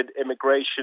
immigration